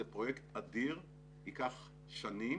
זה פרויקט אדיר, ייקח שנים